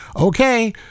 Okay